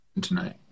tonight